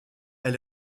elle